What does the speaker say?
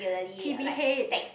t_b_h